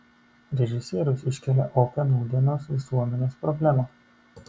režisierius iškelia opią nūdienos visuomenės problemą